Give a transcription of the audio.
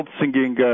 singing